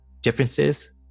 differences